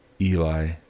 Eli